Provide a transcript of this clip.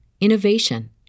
innovation